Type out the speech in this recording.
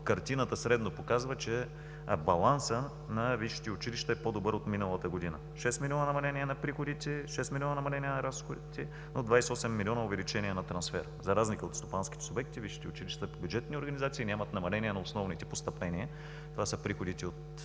картината показва, че балансът на висшите училища е по-добър от миналата година – 6 милиона намаление на приходите, 6 милиона намаление на разходите, но 28 милиона увеличение на трансфера. За разлика от стопанските субекти, висшите училища по бюджетни организации нямат намаление на основните постъпления. Това са приходите от